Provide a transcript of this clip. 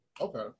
Okay